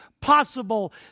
possible